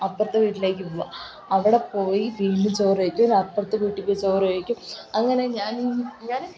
അപ്പുറത്തെ വീട്ടിലേക്ക് പോകുക അവിടെ പോയി വീണ്ടും ചോറ് കഴിക്കും അപ്പുറത്തെ വീട്ടിൽ പോയി ചോറ് കഴിക്കും അങ്ങനെ ഞാൻ ഞാൻ